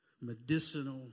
medicinal